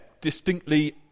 distinctly